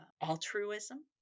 altruism